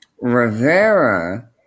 Rivera